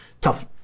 tough